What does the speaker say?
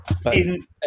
Season